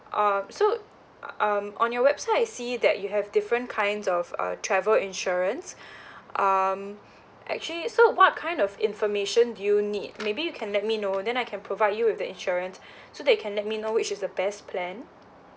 um so um on your website I see that you have different kinds of uh travel insurance um actually so what kind of information do you need maybe you can let me know then I can provide you with the insurance so that you can let me know which is the best plan